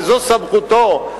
וזו סמכותו,